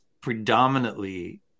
predominantly